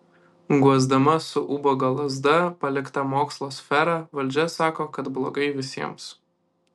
guosdama su ubago lazda paliktą mokslo sferą valdžia sako kad blogai visiems